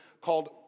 called